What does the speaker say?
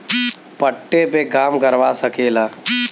पट्टे पे काम करवा सकेला